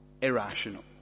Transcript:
irrational